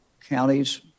counties